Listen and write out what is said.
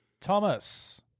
Thomas